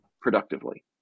productively